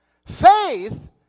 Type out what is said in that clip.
Faith